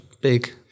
big